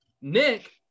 Nick